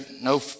no